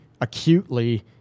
acutely